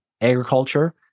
Agriculture